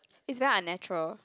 is very unnatural